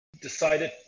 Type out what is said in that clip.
Decided